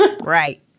Right